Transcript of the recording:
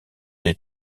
des